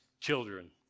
children